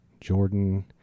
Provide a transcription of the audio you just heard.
Jordan